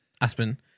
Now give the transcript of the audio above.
Aspen